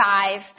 five